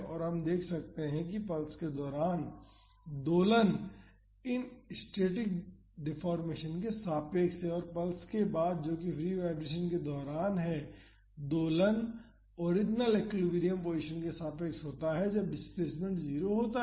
और हम देख सकते हैं कि पल्स के दौरान दोलन इस स्टैटिक डेफोर्मेशन के सापेक्ष है और पल्स के बाद जो कि फ्री वाईब्रेशन के दौरान है दोलन ओरिजिनल एक्विलिब्रियम पोजीशन के सापेक्ष होता है जब डिस्प्लेसमेंट 0 होता है